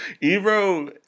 Ebro